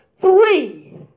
three